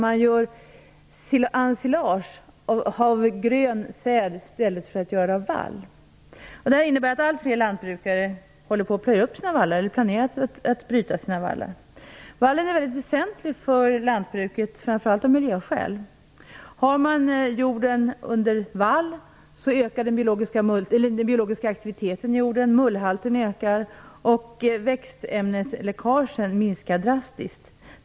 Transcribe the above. Man gör alltså ensilage av grön säd i stället för att göra det av vall. Det innebär att allt fler lantbrukare plöjer upp sina vallar eller planerar att bryta sina vallar. Vallen är väsentlig för lantbruket, framför allt av miljöskäl. Har man jorden under vall ökar den biologiska aktiviteten i jorden. Mullhalten ökar, och växtämnesläckagen minskar drastiskt.